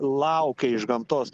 laukia iš gamtos